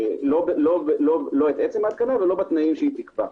לא את עצם ההתקנה ולא בתנאים שהיא תקבע.